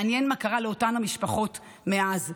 מעניין מה קרה לאותן המשפחות מאז.